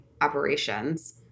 operations